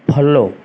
follow